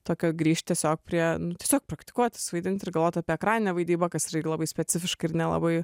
tokia grįšt tiesiog prie tiesiog praktikuotis vaidint ir galvot apie ekraninę vaidybą kas yra irgi labai specifiška ir nelabai